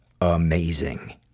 amazing